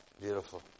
Beautiful